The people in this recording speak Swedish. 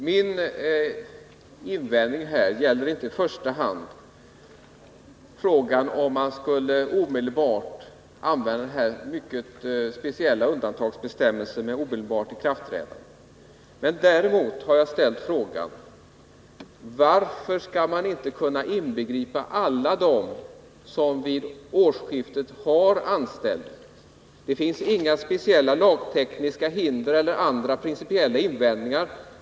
Herr talman! Min invändning gäller inte i första hand frågan om att Torsdagen den använda den speciella undantagsbestämmelsen om omedelbart ikraftträdan 13 december 1979 de. Däremot frågar jag: Varför skall man inte i detta anställningsskydd inbegripa alla dem som vid årsskiftet har anställning? Det finns inga Anställningsskydd lagtekniska hinder eller några principiella invändningar.